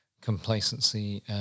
complacency